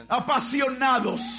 apasionados